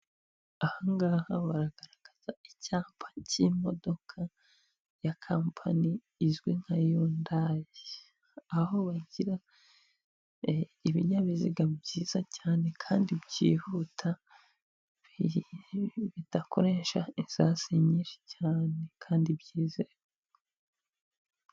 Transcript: Uyu nguyu ni umuhanda mugari munini, uba urimo ibinyabiziga bitandukanye, hagati hari ikinyabiziga kinini, gitwara imizigo ndetse k'uruhande kunzira y'abanyamaguru hariho umuntu usanzwe utwaje undi imizigo akayimujyanira ahantu hatandukanye ubundi akamwishyura.